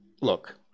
look